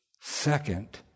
second